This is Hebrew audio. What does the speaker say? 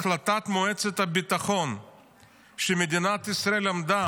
החלטת מועצת הביטחון שמדינת ישראל עמדה